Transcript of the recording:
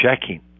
checking